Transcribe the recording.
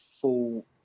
full